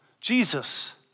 Jesus